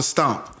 Stomp